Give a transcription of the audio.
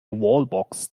wallbox